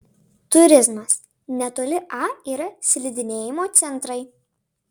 turizmas netoli a yra slidinėjimo centrai